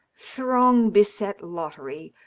throng-beset lottery,